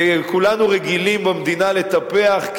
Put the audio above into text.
שכולנו רגילים במדינה לטפח,